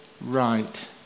right